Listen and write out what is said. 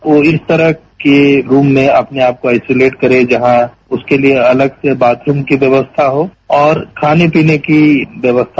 यो इस तरह के रूम में आइसोलेट करे जहां जसके लिए अलग से बाथरूम की व्यवस्था हो और खाने पीने की व्यवस्था